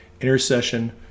intercession